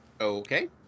Okay